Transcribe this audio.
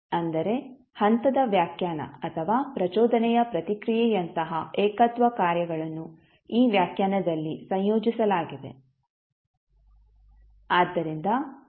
ಅಂದರೆ ಹಂತದ ವ್ಯಾಖ್ಯಾನ ಅಥವಾ ಪ್ರಚೋದನೆಯ ಪ್ರತಿಕ್ರಿಯೆಯಂತಹ ಏಕತ್ವ ಕಾರ್ಯಗಳನ್ನು ಈ ವ್ಯಾಖ್ಯಾನದಲ್ಲಿ ಸಂಯೋಜಿಸಲಾಗಿದೆ